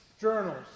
journals